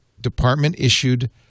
department-issued